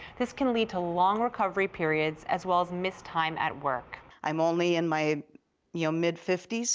this can lead to long recovery periods as well as missed time at work. i'm only in my you know mid fifty s,